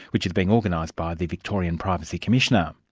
which is being organised by the victorian privacy commissioner.